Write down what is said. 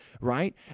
right